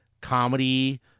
comedy